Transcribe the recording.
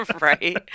Right